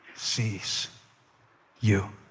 sees you.